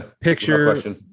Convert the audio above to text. picture